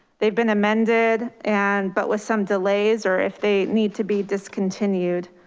they've been amended and, but with some delays or if they need to be discontinued.